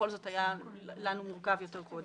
שהיה לנו מורכב יותר קודם.